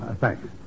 thanks